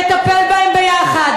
נטפל בהם יחד,